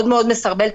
זה מאוד מסרבל את